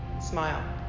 Smile